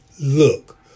look